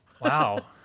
Wow